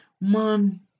Man